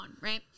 right